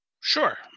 Sure